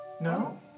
No